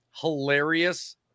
hilarious